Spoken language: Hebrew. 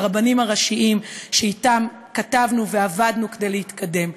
לרבנים הראשיים שאתם התכתבנו ועבדנו כדי להתקדם,